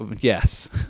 Yes